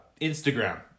instagram